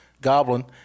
goblin